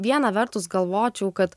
vieną vertus galvočiau kad